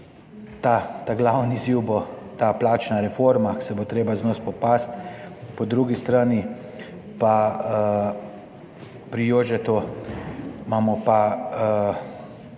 ta glavni izziv bo ta plačna reforma, ki se bo treba z njo spopasti. Po drugi strani pa pri Jožetu imamo pa